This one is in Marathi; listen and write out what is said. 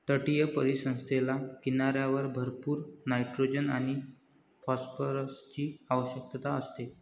तटीय परिसंस्थेला किनाऱ्यावर भरपूर नायट्रोजन आणि फॉस्फरसची आवश्यकता असते